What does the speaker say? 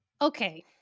okay